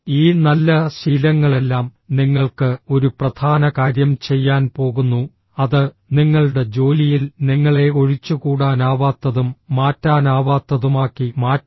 ഈ നല്ല ശീലങ്ങളെല്ലാം നിങ്ങൾക്ക് ഒരു പ്രധാന കാര്യം ചെയ്യാൻ പോകുന്നു അത് നിങ്ങളുടെ ജോലിയിൽ നിങ്ങളെ ഒഴിച്ചുകൂടാനാവാത്തതും മാറ്റാനാവാത്തതുമാക്കി മാറ്റും